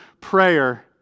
prayer